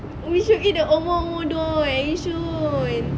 we should eat the Omoomodon at yishun